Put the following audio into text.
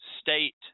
state